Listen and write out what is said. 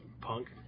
punk